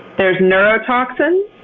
there's neurotoxin.